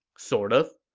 sort of.